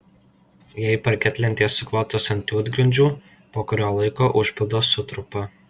jei parketlentės suklotos ant juodgrindžių po kurio laiko užpildas sutrupa